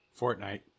Fortnite